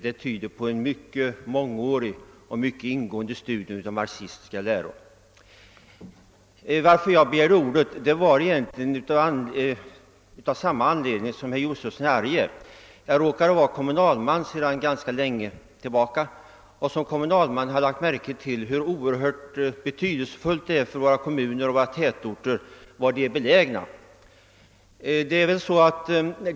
Detta tyder på mångårigt och mycket ingående studium av marxistiska läror. Jag begärde egentligen ordet av samma anledning som herr Josefson i Arrie. Jag råkar vara kommunalman sedan ganska länge och som kommunalman har jag lagt märke till hur oerhört betydelsefulit det är för våra kommuner och tätorter var de är belägna.